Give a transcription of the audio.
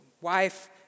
wife